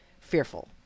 fearful